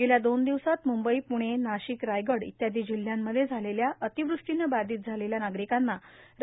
गेल्या दोन दिवसांत म्ंबई प्णे नाशिक रायगड इत्यादी जिल्ह्यांमध्ये झालेल्या अतिवूष्टीने बाधित झालेल्या नागरिकांना एन